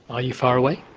are you far away?